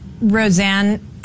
Roseanne